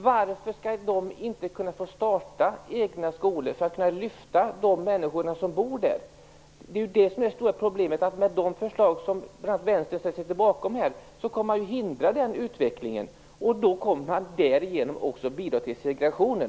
Varför skall de inte få starta egna skolor för att lyfta de människor som bor där? Det stora problemet är att man med de förslag som bl.a. Vänstern ställer sig bakom kommer att hindra den utvecklingen, och då kommer man därigenom också att bidra till segregationen.